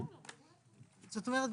זאת אומרת,